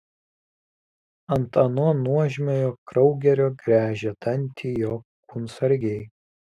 ant ano nuožmiojo kraugerio griežia dantį jo kūnsargiai